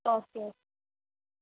okay